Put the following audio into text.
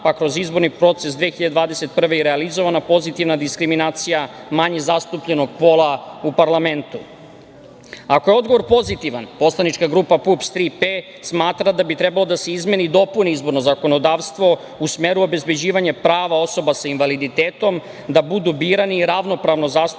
pa kroz izborni proces 2021. i realizovana pozitivna diskriminacija manje zastupljenog pola u parlamentu? Ako je odgovor pozitivan, Poslanička grupa PUPS „Tri P“ smatra da bi trebalo da se izmeni i dopuni izborno zakonodavstvo u smeru obezbeđivanja prava osoba sa invaliditetom, da budu birani i ravnopravno zastupljeni